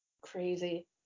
Crazy